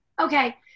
Okay